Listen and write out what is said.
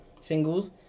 singles